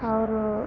और